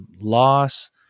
loss